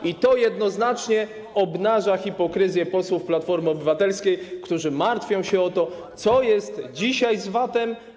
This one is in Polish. I to jednoznacznie obnaża hipokryzję posłów Platformy Obywatelskiej, którzy martwią się o to, co jest dzisiaj z VAT-em.